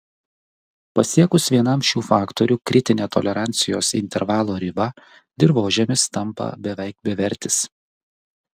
pasiekus vienam šių faktorių kritinę tolerancijos intervalo ribą dirvožemis tampa beveik bevertis